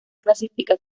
clasifica